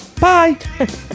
Bye